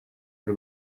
ari